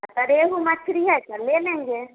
तो रेहू मछली है तो ले लेंगे